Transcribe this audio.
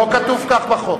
לא כתוב כך בחוק.